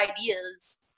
ideas